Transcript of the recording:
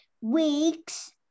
weeks